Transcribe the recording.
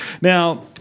Now